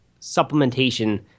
supplementation